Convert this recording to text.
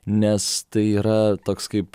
nes tai yra toks kaip